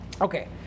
Okay